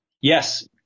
Yes